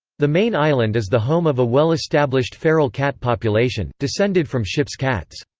the main island is the home of a well-established feral cat population, descended from ships' cats.